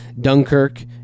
Dunkirk